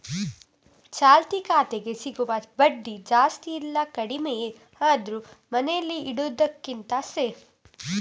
ಚಾಲ್ತಿ ಖಾತೆಗೆ ಸಿಗುವ ಬಡ್ಡಿ ಜಾಸ್ತಿ ಇಲ್ಲ ಕಡಿಮೆಯೇ ಆದ್ರೂ ಮನೇಲಿ ಇಡುದಕ್ಕಿಂತ ಸೇಫ್